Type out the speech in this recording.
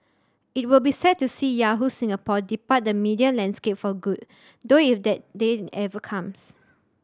it will be sad to see Yahoo Singapore depart the media landscape for good though if that day ever comes